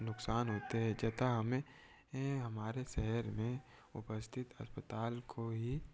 नुकसान होते हैं तथा हमें हमारे शहर में उपस्थित अस्पताल को ही